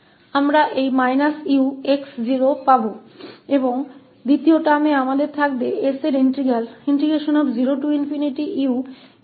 हमें यह −𝑢𝑥 0 मिलेगा और दूसरा पद हमारे पास s इंटीग्रल 0ue stdt होगा